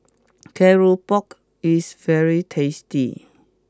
Keropok is very tasty